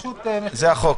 זה החוק.